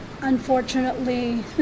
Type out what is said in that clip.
unfortunately